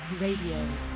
Radio